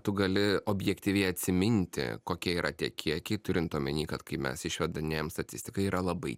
tu gali objektyviai atsiminti kokie yra tie kiekiai turint omeny kad kai mes išvedinėjam statistika yra labai